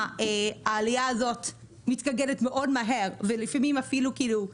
העלייה הזאת מתגלגלת מאוד מהר ולפעמים אפילו יותר